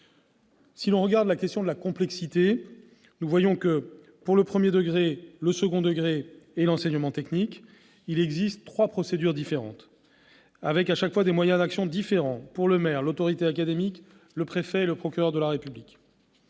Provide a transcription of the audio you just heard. Du point de vue de la complexité, pour le premier degré, le second degré et l'enseignement technique, il existe trois procédures différentes avec, à chaque fois, des moyens d'action différents pour le maire, l'autorité académique, le préfet et le procureur de la République.